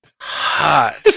hot